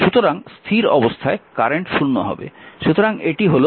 সুতরাং স্থির অবস্থায় কারেন্ট 0 হবে